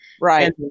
right